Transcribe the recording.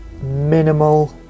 minimal